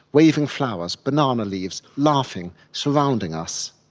waving flowers, banana leaves, laughing, surrounding us.